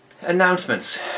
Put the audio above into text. announcements